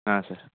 ಹಾಂ ಸರ್